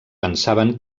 pensaven